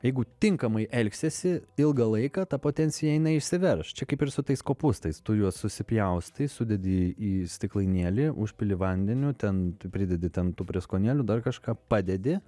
jeigu tinkamai elgsiesi ilgą laiką ta potencija jinai išsiverš čia kaip ir su tais kopūstais tu juos susipjaustai sudedi į stiklainėlį užpili vandeniu ten pridedi ten tų prieskonėlių dar kažką padedi